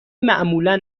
معمولا